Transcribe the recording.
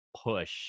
push